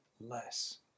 less